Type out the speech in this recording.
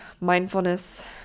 mindfulness